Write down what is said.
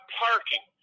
parking